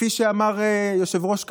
שכפי שאמר היושב-ראש קרעי,